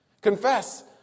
Confess